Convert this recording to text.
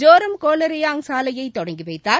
ஜோரம் கொலோரியாங் சாலையை தொடங்கி வைத்தார்